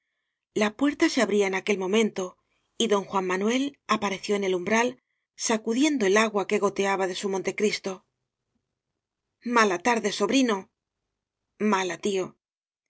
puer ta se abría en aquel momento y don juan manuel apareció en el umbral sacudiendo el agua que goteaba de su montecristo mala tarde sobrino mala tío